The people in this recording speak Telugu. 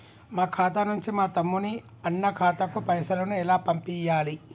మా ఖాతా నుంచి మా తమ్ముని, అన్న ఖాతాకు పైసలను ఎలా పంపియ్యాలి?